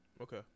Okay